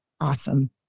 Awesome